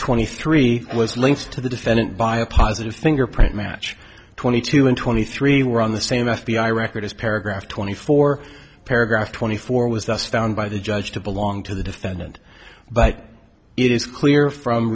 twenty three was linked to the defendant by a positive fingerprint match twenty two and twenty three were on the same f b i record as paragraph twenty four paragraph twenty four was thus found by the judge to belong to the defendant but it is clear from